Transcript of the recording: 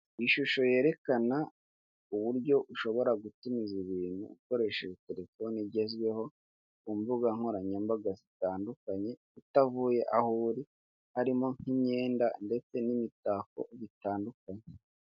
Ishusho yerekana uburyo ushobora gutumiza ibintu ukoresheje telefone igezweho kumbuga nkoranyambaga zitandukanye utavuye aho uri harimo nk'imyenda ndetse n'imitako bitandukanye.